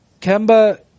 Kemba